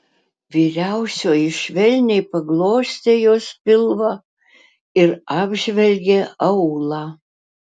vyriausioji švelniai paglostė jos pilvą ir apžvelgė aulą